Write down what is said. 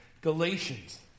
Galatians